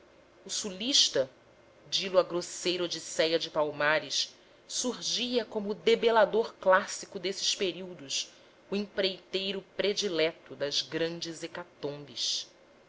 o sulista di lo a grosseira odisséia de palmares surgia como o debelador clássico desses perigos o empreiteiro predileto das grandes hecatombes